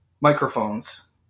microphones